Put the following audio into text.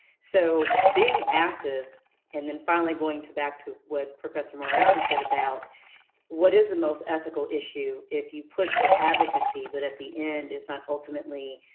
so being active and then finally going back to what professor moriarty said about what is the most ethical issue? if you push for advocacy, but at the end it's not ultimately,